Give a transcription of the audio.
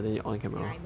ya I know lah